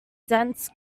dense